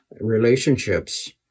relationships